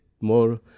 more